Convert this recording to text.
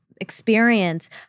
experience